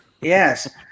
Yes